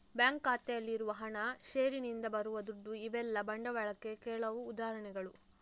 bank ಖಾತೆಯಲ್ಲಿ ಇರುವ ಹಣ, ಷೇರಿನಿಂದ ಬರುವ ದುಡ್ಡು ಇವೆಲ್ಲ ಬಂಡವಾಳಕ್ಕೆ ಕೆಲವು ಉದಾಹರಣೆಗಳು